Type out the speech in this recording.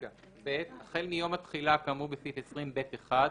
"(ב)החל מיום התחילה כאמור בסעיף 20(ב)(1),